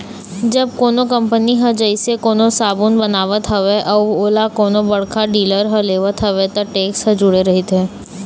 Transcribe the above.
जब कोनो कंपनी ह जइसे कोनो साबून बनावत हवय अउ ओला कोनो बड़का डीलर ह लेवत हवय त टेक्स ह जूड़े रहिथे